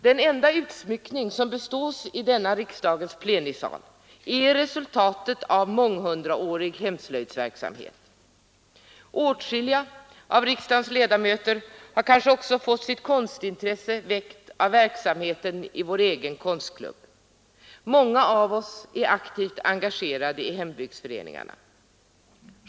Den enda utsmyckning som bestås i denna riksdagens plenisal är resultatet av månghundraårig hemslöjdsverksamhet. Åtskilliga av riksdagens ledamöter har kanske också fått sitt konstintresse väckt av verksamheten i vår egen konstklubb. Många av oss är aktivt engagerade i hembygdsföreningarna.